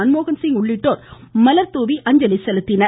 மன்மோகன்சிங் உள்ளிட்டோர் மலர்தூவி அஞ்சலி செலுத்தினர்